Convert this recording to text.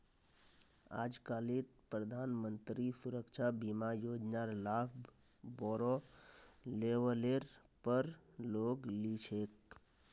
आजकालित प्रधानमंत्री सुरक्षा बीमा योजनार लाभ बोरो लेवलेर पर लोग ली छेक